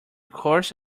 course